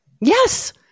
Yes